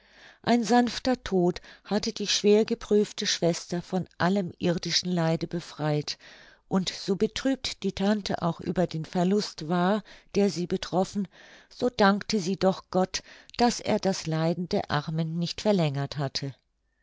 ein sanfter tod hatte die schwer geprüfte schwester von allem irdischen leide befreit und so betrübt die tante auch über den verlust war der sie betroffen so dankte sie doch gott daß er das leiden der armen nicht verlängert hatte